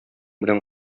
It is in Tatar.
белән